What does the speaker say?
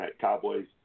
Cowboys